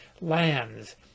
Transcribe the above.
lands